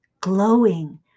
Glowing